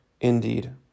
Indeed